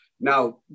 Now